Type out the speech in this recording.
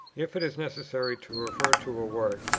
if it is necessary to refer to a work,